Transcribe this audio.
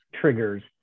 triggers